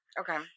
Okay